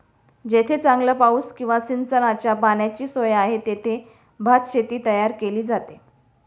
जेथे चांगला पाऊस किंवा सिंचनाच्या पाण्याची सोय आहे, तेथे भातशेती तयार केली जाते